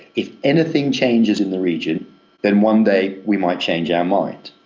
if anything changes in the region then one day we might change our mind.